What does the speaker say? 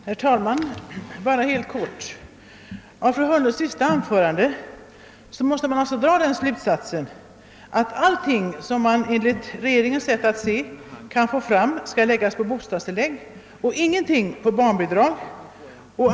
Herr talman! Av fru Hörnlunds senaste anförande måste man dra den slutsatsen att alla medel som, enligt regeringens sätt att se, går att få fram, helt skall läggas på bostadstillägg och ingenting på barnbidrag.